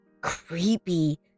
creepy